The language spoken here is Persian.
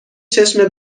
چشم